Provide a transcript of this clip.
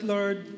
Lord